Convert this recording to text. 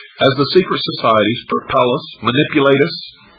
as the secret societies propel us, manipulate us,